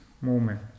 movement